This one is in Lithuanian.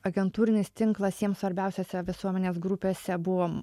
agentūrinis tinklas jiems svarbiausiose visuomenės grupėse buvo